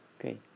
okay